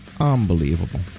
unbelievable